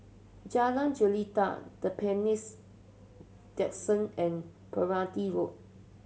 Jalan Jelita The and Road